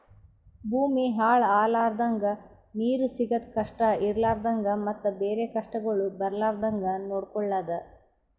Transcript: ಭೂಮಿ ಹಾಳ ಆಲರ್ದಂಗ, ನೀರು ಸಿಗದ್ ಕಷ್ಟ ಇರಲಾರದಂಗ ಮತ್ತ ಬೇರೆ ಕಷ್ಟಗೊಳ್ ಬರ್ಲಾರ್ದಂಗ್ ನೊಡ್ಕೊಳದ್